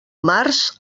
març